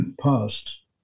past